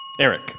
Eric